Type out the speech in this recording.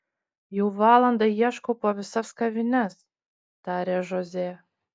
jau valandą ieškau po visas kavines tarė žozė